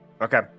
Okay